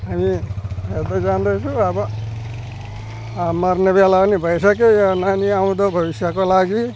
हामी हेर्दै जाँदैछु अब मर्ने बेला पनि भइसक्यो यो नानी आउँदो भविष्यको लागि